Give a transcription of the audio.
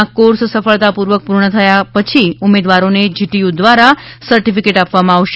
આ કોર્સ સફળતાપૂર્વક પૂર્ણ કર્યા પછી ઉમેદવારોને જીટીયુ દ્વારા સર્ટીફીકેટ આપવામાં આવશે